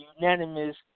unanimous